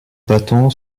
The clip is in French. bâton